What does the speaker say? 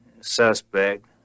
suspect